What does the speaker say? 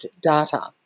data